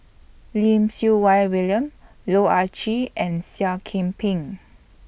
Lim Siew Wai William Loh Ah Chee and Seah Kian Peng